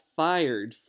fired